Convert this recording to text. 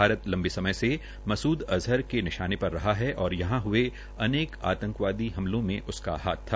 भारत लंबे समय से मसूद अज़हर को निशाने पर रहा है और यहां हये अनेक आंतवादी हमलों में उसका हाथ था